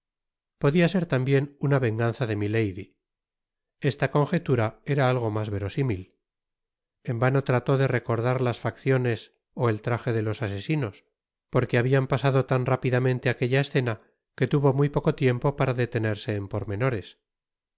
podia ser tambien una venganza de milady esta conjetura era algo mas verosímil en vano trató de recordar las facciones ó el traje de ios asesinos porque habia pasado tan rápidamente aquella escena que tuvo muy poco tiempo para detenerse en pormenores